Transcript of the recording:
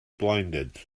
blinded